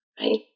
Right